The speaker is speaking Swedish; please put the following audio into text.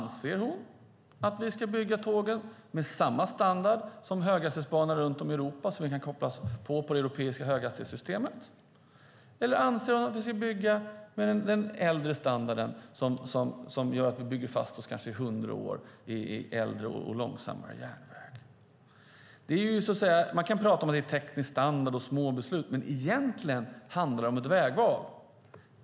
Anser hon att vi ska bygga tåg med samma standard som höghastighetståg runt om i Europa, så att de kan kopplas ihop med det europeiska höghastighetssystemet? Eller anser hon att vi ska bygga med den äldre standarden, som gör att vi bygger fast oss i äldre järnväg och långsammare tåg i kanske hundra år? Man kan prata om teknisk standard och små beslut, men egentligen handlar det om ett vägval.